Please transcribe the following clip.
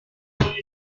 please